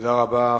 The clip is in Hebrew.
תודה רבה.